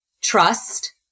trust